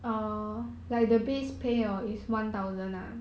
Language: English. that's not bad leh but you never complete